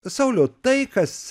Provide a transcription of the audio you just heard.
sauliau tai kas